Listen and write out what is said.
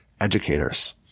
educators